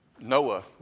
Noah